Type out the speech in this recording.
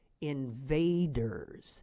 invaders